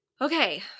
Okay